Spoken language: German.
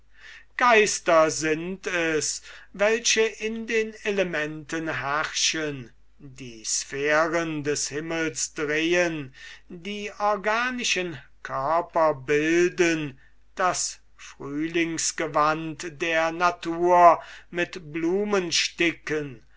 geister sind es welche in den elementen herrschen die sphären des himmels drehen die organischen körper bilden das frühlingsgewand der natur mit blumen